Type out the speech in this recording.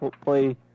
play